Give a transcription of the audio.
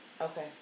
Okay